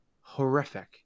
horrific